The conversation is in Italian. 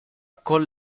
con